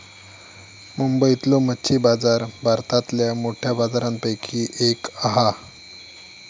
मुंबईतलो मच्छी बाजार भारतातल्या मोठ्या बाजारांपैकी एक हा